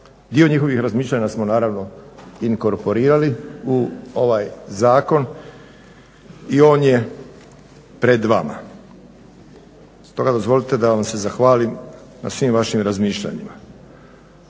Dio njihovih razmišljanja smo naravno inkorporirali u ovaj zakon i on je pred vama. Stoga dozvolite da vam se zahvalim na svim vašim razmišljanjima.